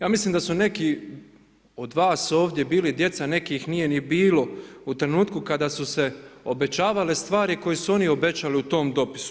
Ja mislim da su neki od vas ovdje bili djeca, nekih nije ni bilo u trenutku kada su se obećavale stvari koje su oni obećali u tom dopisu.